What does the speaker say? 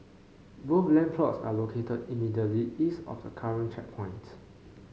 both land plots are located immediately east of the current checkpoint